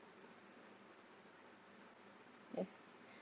yeah